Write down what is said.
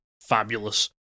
fabulous